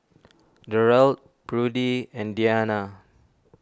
Derald Prudie and Dianna